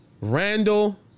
Randall